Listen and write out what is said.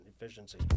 efficiency